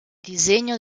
disegno